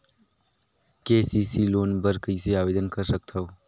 KCC loan बर कइसे आवेदन कर सकथव?